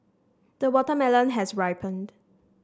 the watermelon has ripened